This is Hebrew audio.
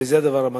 וזה הדבר המטריד.